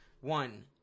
One